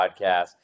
podcast